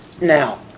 now